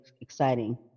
exciting